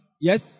Yes